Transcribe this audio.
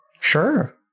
Sure